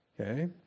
Okay